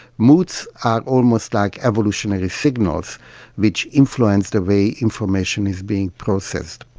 moods are almost like evolutionary signals which influence the way information is being processed.